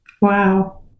Wow